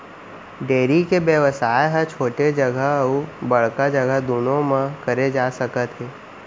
dairy के बेवसाय ह छोटे जघा अउ बड़का जघा दुनों म करे जा सकत हे